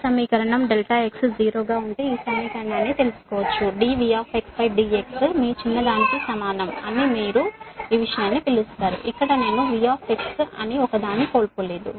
ఈ సమీకరణం ∆x 0 గా ఉంటే ఈ సమీకరణాన్ని తెలుసుకోండి dVdx మీ చిన్నదానికి సమానం అని మీరు మీ విషయం అని పిలుస్తారు ఇక్కడ నేను V అని ఒకదాన్ని కోల్పోలేదు